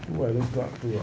who I looked up to ah